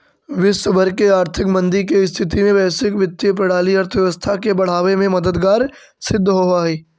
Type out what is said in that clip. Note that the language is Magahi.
विश्व भर के आर्थिक मंदी के स्थिति में वैश्विक वित्तीय प्रणाली अर्थव्यवस्था के बढ़ावे में मददगार सिद्ध होवऽ हई